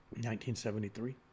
1973